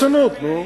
ברצינות, נו.